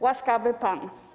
Łaskawy pan.